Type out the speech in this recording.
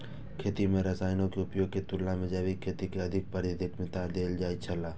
खेती में रसायनों के उपयोग के तुलना में जैविक खेती के अधिक प्राथमिकता देल जाय छला